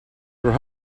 were